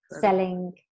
selling